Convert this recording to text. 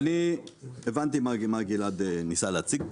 אני הבנתי מה גלעד ניסה להציג פה.